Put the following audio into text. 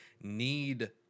need